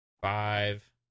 Five